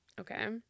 okay